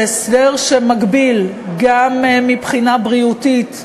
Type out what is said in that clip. זה הסדר שמגביל גם מבחינה בריאותית,